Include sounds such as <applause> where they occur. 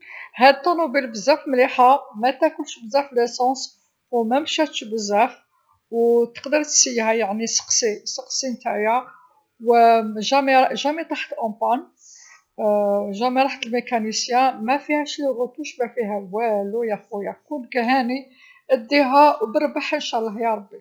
هذ الطنوبيل بزاف مليحه ما تكلش بزاف ليسانس، أو مامشاتش بزاف أو تقدر تسيها يعني سقسي سقسي نتيا و أبدا أبدا تعطلت <hesitation> أبدا راحت للميكانيكي، ما فيهاش الاعاده ما فيها والو يا خويا كونك هاني أديها وبربح ان شاء الله يا ربي.